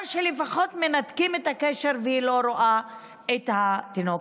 או שלפחות מנתקים את הקשר והיא לא רואה את התינוק.